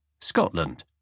Scotland